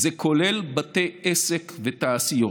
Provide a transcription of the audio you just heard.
זה כולל בתי עסק ותעשיות.